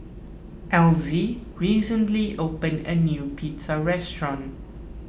Elzie recently opened a new pizza restaurant